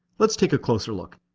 let's take a closer look.